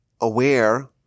aware